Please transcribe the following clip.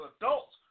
adults